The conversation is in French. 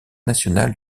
national